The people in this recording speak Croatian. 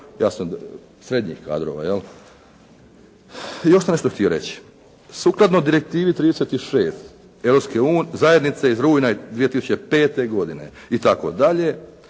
jasno srednjih kadrova jel'. I još sam nešto htio reći. Sukladno direktivi 36 Europske zajednice iz rujna 2005. godine itd. dakle